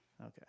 Okay